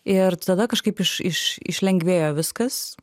ir tada kažkaip iš iš iš lengvėjo viskas